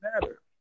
matter